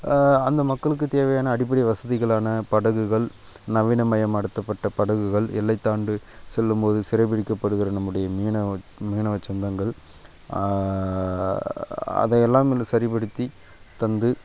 அந்த மக்களுக்குத் தேவையான அடிப்படை வசதிகளான படகுகள் நவீன மயபடுத்தப்பட்டப் படகுகள் எல்லைத் தாண்டி செல்லும் போது சிறைப் பிடிக்கப்படுகிற நம்முடைய மீனவ மீனவச் சொந்தங்கள் அதையெல்லாம் இன்று சரிப்படுத்தி தந்து